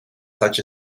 such